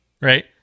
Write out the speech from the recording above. Right